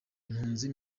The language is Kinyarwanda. impunzi